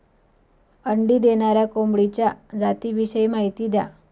अंडी देणाऱ्या कोंबडीच्या जातिविषयी माहिती द्या